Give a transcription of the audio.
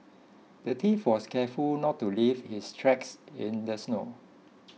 the thief was careful not to leave his tracks in the snow